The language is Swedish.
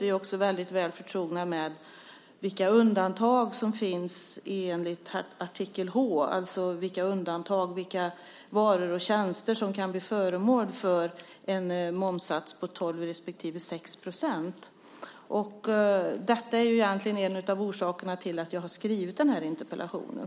Vi är också väl förtrogna med vilka undantag som finns enligt artikel h, alltså vilka varor och tjänster som kan bli föremål för en momssats på 12 respektive 6 %. Detta är egentligen en av orsakerna till att jag har skrivit den här interpellationen.